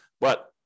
But-